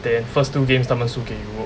they first two games 他们输给 europe